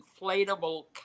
inflatable